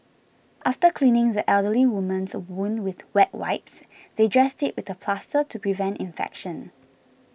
after cleaning the elderly woman's wound with wet wipes they dressed it with a plaster to prevent infection